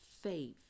faith